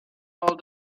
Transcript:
all